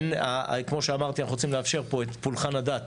כמו שאמרתי, אנחנו רוצים לאפשר פה את פולחן הדת